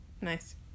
Nice